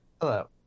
Hello